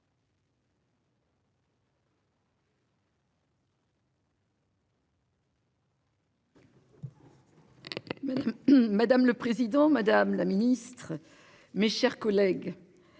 Madame le président, madame la ministre. Mes chers collègues.